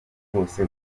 bwose